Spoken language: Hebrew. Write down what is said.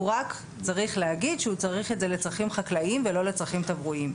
הוא רק צריך להגיד שהוא צריך את זה לצרכים חקלאיים ולא לצרכים תברואיים.